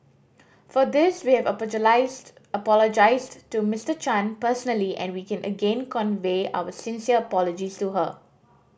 for this we have apologised to Mister Chan personally and we can again convey our sincere apologies to her